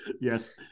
Yes